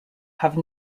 have